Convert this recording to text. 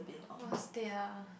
worst date ah